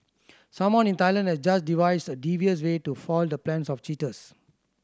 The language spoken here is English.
someone in Thailand has just devised a devious way to foil the plans of cheaters